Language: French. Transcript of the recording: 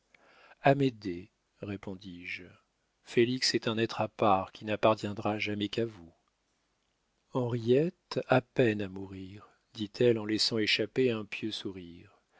femme amédée répondis-je félix est un être à part qui n'appartiendra jamais qu'à vous henriette a peine à mourir dit-elle en laissant échapper un pieux sourire